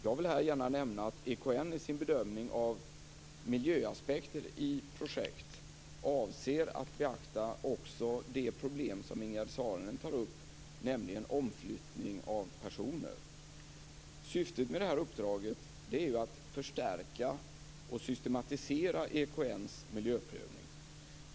Jag vill här gärna nämna att EKN i sin bedömning av miljöaspekter i projekt avser att beakta också de problem som Ingegerd Saarinen tar upp, nämligen omflyttning av personer. Syftet med uppdraget är att förstärka och systematisera EKN:s miljöprövning.